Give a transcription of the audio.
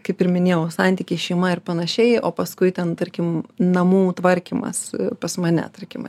kaip ir minėjau santykiai šeima ir panašiai o paskui ten tarkim namų tvarkymas pas mane tarkim